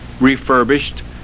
refurbished